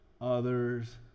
others